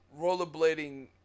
rollerblading